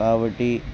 కావటీ